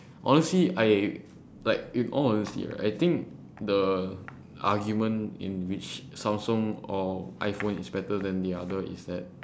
honestly I like with all honesty right I think the argument in which samsung or iphone is better than the other is that